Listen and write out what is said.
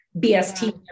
BST